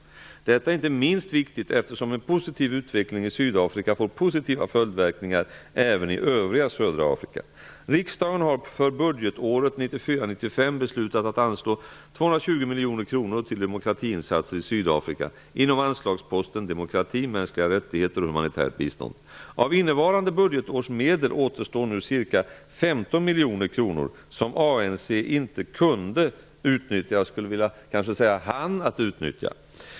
Detta är inte minst viktigt, eftersom en positiv utveckling i Sydafrika får positiva följdverkningar även i övriga södra Afrika. Riksdagen har för budgetåret 1994/95 beslutat att anslå 220 miljoner kronor till demokratiinsatser i Sydafrika, inom anslagsposten demokrati, mänskliga rättigheter och humanitärt bistånd. Av innevarande budgetårs medel återstår nu ca 15 miljoner kronor, som ANC inte kunde, eller inte hann, utnyttja.